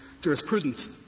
jurisprudence